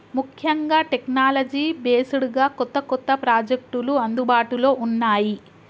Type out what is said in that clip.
ముఖ్యంగా technology based గా కొత్త కొత్త ప్రాజెక్టులు అందుబాటులో ఉన్నాయి